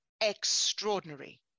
Extraordinary